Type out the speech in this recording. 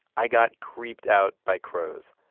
i got creeped out by crows.